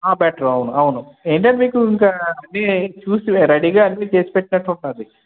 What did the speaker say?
ఆ పెట్టరు అవును అవును ఏంటంటే మీకు ఇంకా చూసి అన్నీ రెడీగా చేసి పెట్టినట్టు ఉంటుంది